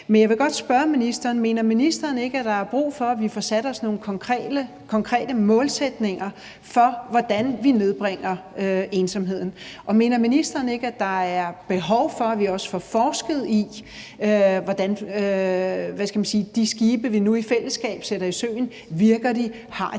Men jeg vil godt spørge ministeren: Mener ministeren ikke, at der er brug for, at vi får sat os nogle konkrete mål for, hvordan vi nedbringer ensomheden? Og mener ministeren ikke, at der er behov for, at vi også får forsket i, hvordan de skibe, vi nu i fællesskab sætter i søen, virker, og om de